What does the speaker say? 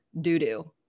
doo-doo